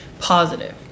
positive